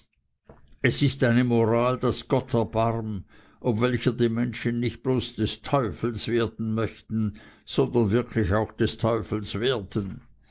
es ist eine moral daß gott erbarm ob welcher die menschen nicht bloß des teufels werden möchten sondern wirklich auch des teufels werden